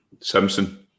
Simpson